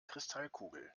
kristallkugel